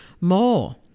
more